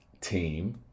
team